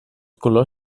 color